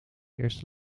eerste